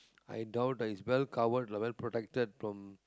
i doubt [ah he's well covered lah well protected from